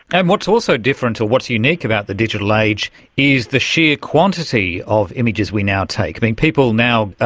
and what's also different or what's unique about the digital age is the sheer quantity of images we now take. i mean, people now,